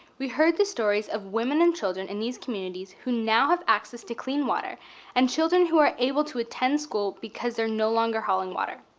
we heard the stories of women and children in these communities who now have access to clean water and children who are able to attend school because they're no longer hauling water.